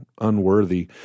unworthy